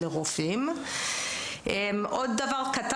אני חושבת